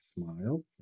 smiled